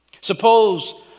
Suppose